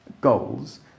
goals